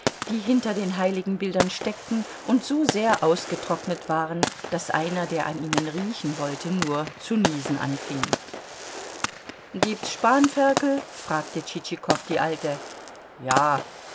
die hinter den heiligenbildern steckten und so sehr ausgetrocknet waren daß einer der an ihnen riechen wollte nur zu niesen anfing gibt's spanferkel fragte tschitschikow die alte ja